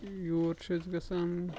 یور چھِ أسۍ گژھان